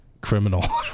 Criminal